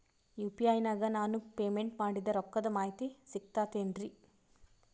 UPI ನಾಗ ನಾನು payment ಮಾಡಿದ ರೊಕ್ಕದ ಮಾಹಿತಿ ಸಿಕ್ತಾತೇನ್ರೀ?